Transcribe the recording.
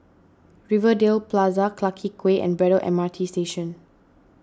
Rivervale Plaza Clarke Quay and Braddell M R T Station